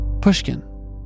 Pushkin